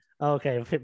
Okay